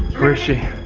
where is she?